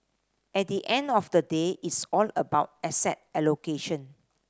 at the end of the day it's all about asset allocation